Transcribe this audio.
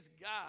God